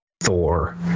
Thor